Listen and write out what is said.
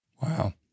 Wow